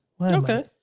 okay